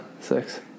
Six